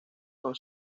son